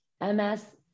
MS